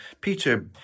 Peter